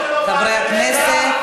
חברי הכנסת,